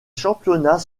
championnats